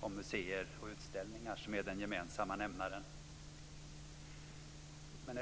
om museer och utställningar som är den gemensamma nämnaren.